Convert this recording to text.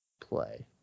play